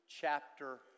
chapter